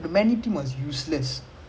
oh the child ya